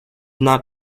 not